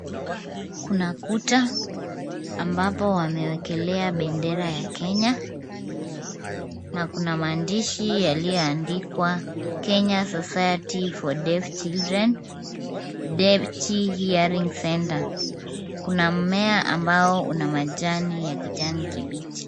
Kuna kuta ambapo wamewekelea bendera ya Kenya na kuna maandishi yaliyoandikwa Kenya Society for Deaf Children Devchy hearing centre . Kuna mmea ambao una majani ya kijani kibichi.